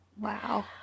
Wow